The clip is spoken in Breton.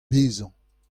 bezañ